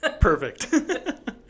Perfect